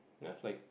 ya I have like